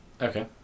Okay